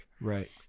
Right